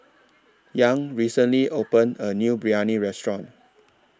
Young recently opened A New Biryani Restaurant